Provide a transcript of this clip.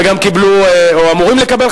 וגם קיבלו או אמורים לקבל,